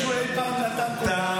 אני שואל כמה נתתם,